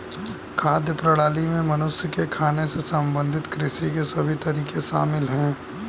खाद्य प्रणाली में मनुष्य के खाने से संबंधित कृषि के सभी तरीके शामिल है